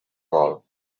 vol